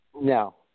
No